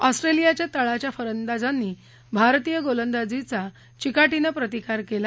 ऑस्ट्रेलियाच्या तळाच्या फलंदाजांनी भारतीय गोलंदाजीचा चिकाटीनं प्रतिकार केला